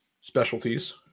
specialties